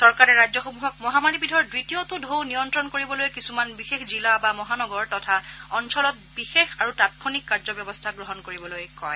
চৰকাৰে ৰাজ্যসমূহক মহামাৰী বিধৰ দ্বিতীয়টো টৌ নিয়ন্ত্ৰণ কৰিবলৈ কিছুমান বিশেষ জিলা বা মহানগৰ তথা অঞ্চলত বিশেষ আৰু তাৎক্ষণিক কাৰ্যব্যৱস্থা গ্ৰহণ কৰিবলৈ কয়